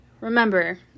remember